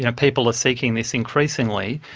you know people are seeking this increasingly,